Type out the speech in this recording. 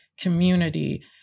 community